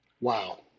Wow